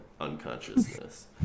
unconsciousness